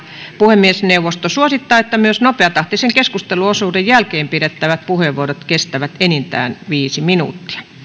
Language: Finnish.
puhemiesneuvosto suosittaa että myös nopeatahtisen keskusteluosuuden jälkeen pidettävät puheenvuorot kestävät enintään viisi minuuttia